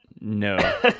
No